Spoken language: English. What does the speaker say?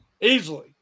easily